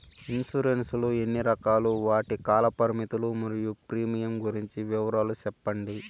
Insurance లు ఎన్ని రకాలు? వాటి కాల పరిమితులు మరియు ప్రీమియం గురించి వివరాలు సెప్పండి?